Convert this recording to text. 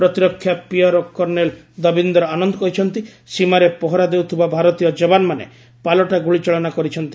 ପ୍ରତିରକ୍ଷା PRO colonel Davinder Anand କହିଛନ୍ତି ସୀମାରେ ପହରା ଦେଉଥିବା ଭାରତୀୟ ଜବାନମାନେ ପାଲଟା ଗୁଳିଚାଳନା କରିଛନ୍ତି